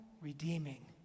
redeeming